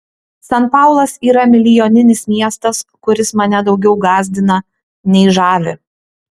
san paulas yra milijoninis miestas kuris mane daugiau gąsdina nei žavi